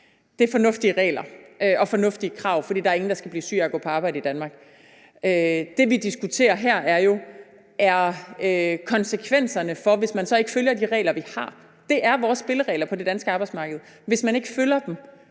Det er fornuftige regler og fornuftige krav, for der er ingen, der skal blive syge af at gå på arbejde i Danmark. Det, vi diskuterer her, er jo konsekvenserne, hvis man så ikke følger de regler, vi har: Det er vores spilleregler på det danske arbejdsmarked. Hvis man ikke følger dem,